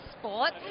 sports